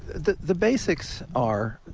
the the basics are